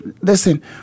listen